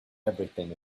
everything